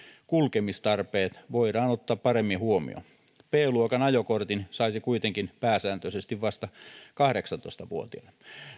kulkemistarpeet voidaan ottaa paremmin huomioon b luokan ajokortin saisi kuitenkin pääsääntöisesti vasta kahdeksantoista vuotiaana